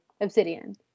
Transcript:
Obsidian